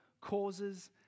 causes